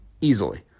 easily